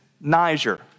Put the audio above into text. Niger